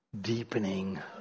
deepening